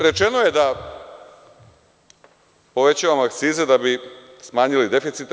Rečeno je da povećavamo akcize, da bi smanjili deficit.